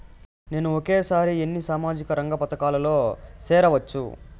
నేను ఒకేసారి ఎన్ని సామాజిక రంగ పథకాలలో సేరవచ్చు?